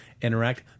interact